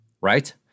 right